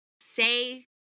say